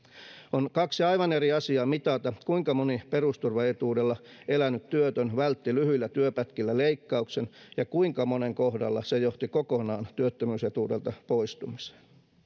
on kaksi aivan eri asiaa mitata kuinka moni perusturvaetuudella elänyt työtön vältti lyhyillä työpätkillä leikkauksen ja kuinka monen kohdalla se johti kokonaan työttömyysetuudelta poistumiseen